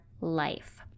life